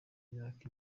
imyaka